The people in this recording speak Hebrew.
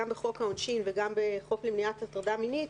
גם בחוק העונשין וגם בחוק למניעת הטרדה מינית,